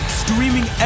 streaming